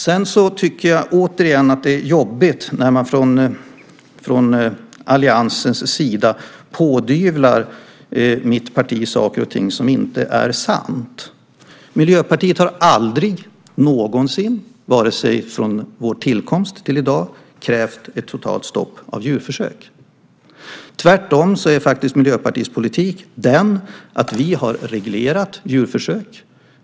Sedan tycker jag återigen att det är jobbigt när man från alliansens sida pådyvlar mitt parti saker som inte är sanna. Miljöpartiet har aldrig någonsin från vår tillkomst till i dag krävt ett totalt stopp för djurförsök. Tvärtom är faktiskt Miljöpartiets politik den att vi har reglerat djurförsök.